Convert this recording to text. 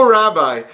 rabbi